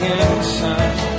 inside